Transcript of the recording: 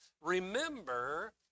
Remember